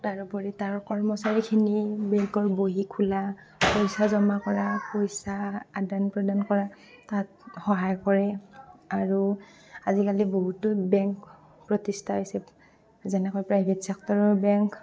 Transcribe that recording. তাৰোপৰি তাৰ কৰ্মচাৰীখিনি বেংকৰ বহী খোলা পইচা জমা কৰা পইচা আদান প্ৰদান কৰা তাত সহায় কৰে আৰু আজিকালি বহুতো বেংক প্ৰতিষ্ঠা হৈছে যেনেকৈ প্ৰাইভেট চেক্টৰৰ বেংক